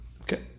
Okay